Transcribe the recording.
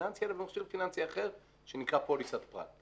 פיננסי אלא במכשיר פיננסי אחר שנקרא פוליסת פרט.